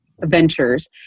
ventures